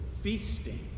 feasting